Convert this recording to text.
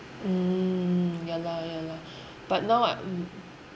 mm ya lah ya lah but now I mm